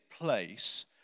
place